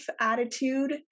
attitude